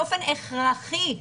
באופן הכרחי.